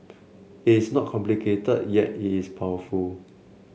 it is not complicated yet it is powerful